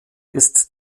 ist